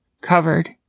covered